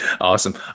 Awesome